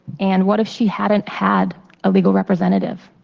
and what if she hadn't had a legal representative?